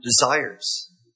desires